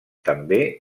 també